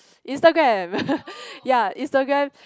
Instagram ya Instagram